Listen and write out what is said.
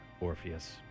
Orpheus